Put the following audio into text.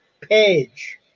page